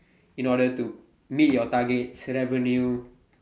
in order to meet your target's revenue